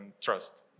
trust